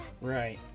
right